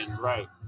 right